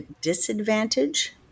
disadvantage